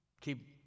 keep